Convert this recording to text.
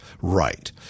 right